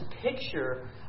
picture